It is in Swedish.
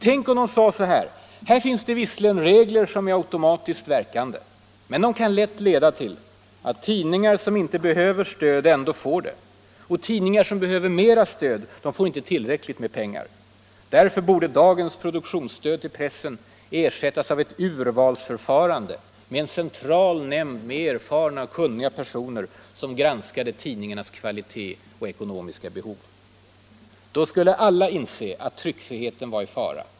Tänk om de sade så här: här finns det visserligen regler som är automatiskt verkande. Men de kan lätt leda till att tidningar som inte behöver stöd ändå får det och till att tidningar som behöver mera stöd inte får tillräckligt med pengar. Därför borde dagens produktionsstöd till pressen ersättas av ett ”urvalsförfarande” med en central nämnd, med erfarna, kunniga personer, som granskade tidningarnas kvalitet och ekonomiska behov. Då skulle alla inse att tryckfriheten var i fara.